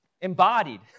embodied